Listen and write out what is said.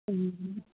ꯎꯝ